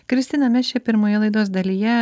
kristina mes čia pirmoje laidos dalyje